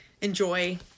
enjoy